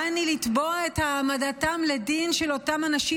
בא אני לתבוע את העמדתם לדין של אותם אנשים